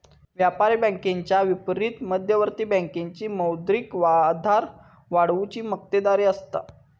व्यापारी बँकेच्या विपरीत मध्यवर्ती बँकेची मौद्रिक आधार वाढवुची मक्तेदारी असता